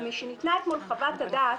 ומשניתנה אתמול חוות הדעת,